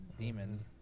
demons